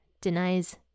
denies